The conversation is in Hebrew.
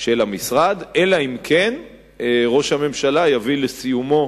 של המשרד, אלא אם כן ראש הממשלה יביא לסיומה